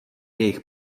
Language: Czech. jejich